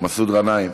מסעוד גנאים.